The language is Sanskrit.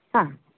हा